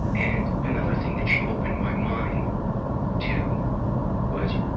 and, another thing that she opened my mind to was,